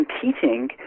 competing